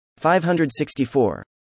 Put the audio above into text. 564